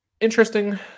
interesting